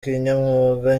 kinyamwuga